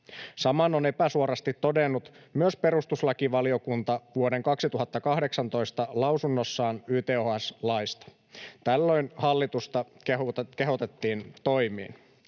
Saman on epäsuorasti todennut myös perustuslakivaliokunta vuoden 2018 lausunnossaan YTHS-laista. Tällöin hallitusta kehotettiin toimiin: